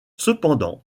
cependant